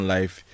Life